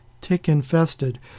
tick-infested